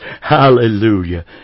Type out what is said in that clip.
Hallelujah